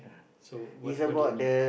so what what do you mean